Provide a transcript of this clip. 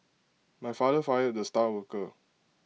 my father fired the star worker